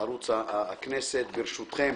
ערוץ הכנסת, ברשותכם